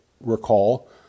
recall